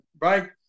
Right